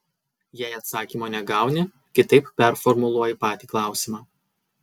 jei atsakymo negauni kitaip performuluoji patį klausimą